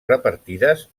repartides